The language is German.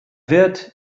wird